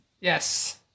Yes